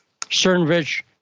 Cernovich